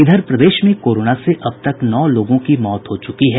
इधर प्रदेश में कोरोना से अब तक नौ लोगों की मौत हो चुकी है